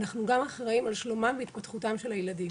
אנחנו גם אחראים על שלומם והתפתחותם של הילדים